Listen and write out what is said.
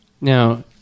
Now